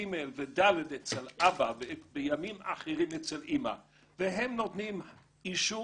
ג ו-ד אצל אבא ובימים אחרים אצל אימא והם נותנים אישור